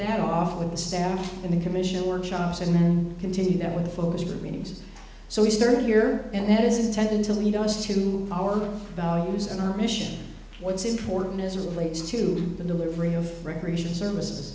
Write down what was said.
that off with the staff and the commission workshops and continue that with a focus group meetings so we serve here and that is intended to lead us to our values and our mission what's important as relates to the delivery of recreation services